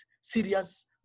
serious